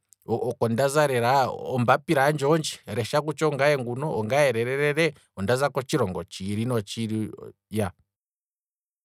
Oko ndaza lela ombaapila handje ondji, lesha kutya ngaye nguno, ongaye lele lel, ondaza kotshilongo tshiili notshiili iyaaa.